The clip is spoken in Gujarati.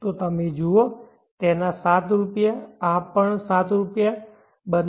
તો તમે જુઓ તેના 7 રૂપિયા આ પણ 7 રૂપિયા છે બંને